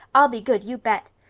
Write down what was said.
i'll be good, you bet.